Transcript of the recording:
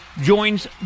joins